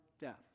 death